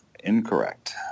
incorrect